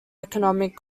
economic